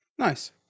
Nice